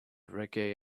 reggae